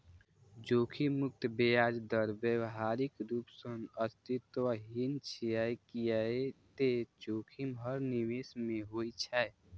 जोखिम मुक्त ब्याज दर व्यावहारिक रूप सं अस्तित्वहीन छै, कियै ते जोखिम हर निवेश मे होइ छै